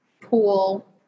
Pool